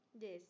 Yes